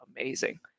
amazing